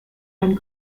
and